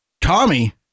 Tommy